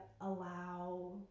allow